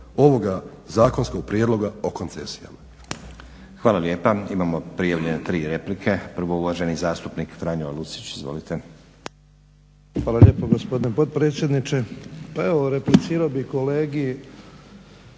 ovoga zakonskog prijedloga o koncesijama.